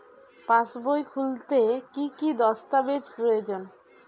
পাসবই খুলতে কি কি দস্তাবেজ প্রয়োজন?